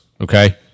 Okay